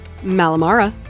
Malamara